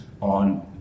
on